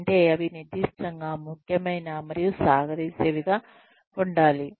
అంటే అవి నిర్దిష్టంగా ముఖ్యమైన మరియు సాగదీసేవి గా ఉండాలి